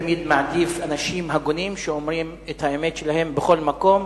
תמיד מעדיף אנשים הגונים שאומרים את האמת שלהם בכל מקום,